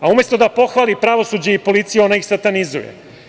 A umesto da pohvali pravosuđe i policiju, ona ih satanizuje.